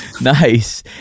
Nice